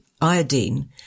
iodine